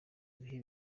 bihe